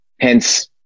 Hence